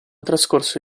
trascorso